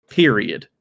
period